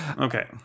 Okay